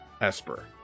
Esper